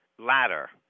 ladder